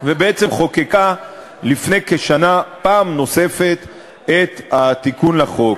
ובעצם חוקקה לפני כשנה פעם נוספת את התיקון לחוק.